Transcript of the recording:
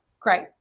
Great